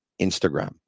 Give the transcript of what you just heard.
instagram